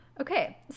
Okay